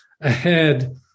ahead